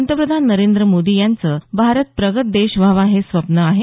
पंतप्रधान नरेंद्र मोदी यांचं भारत प्रगत देश व्हावा हे स्वप्न आहे